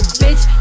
bitch